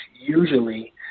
usually